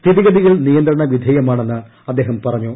സ്ഥിതിഗതികൾ നിയന്ത്രണവിധേയമാണെന്ന് അദ്ദേഹം പറഞ്ഞു